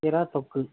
இறால் தொக்கு